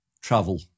travel